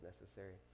necessary